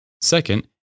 Second